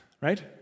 Right